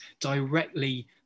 directly